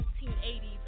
1980s